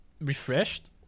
refreshed